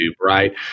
right